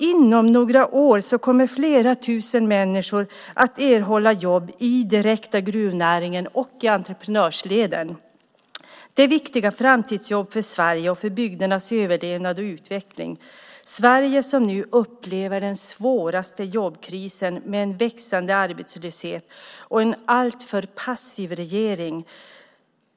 Inom några år kommer flera tusen människor att erhålla jobb i den direkta gruvnäringen och i entreprenörsleden. Det är viktiga framtidsjobb för Sverige och för bygdernas överlevnad och utveckling. Sverige upplever nu den svåraste jobbkrisen med en växande arbetslöshet och en alltför passiv regering.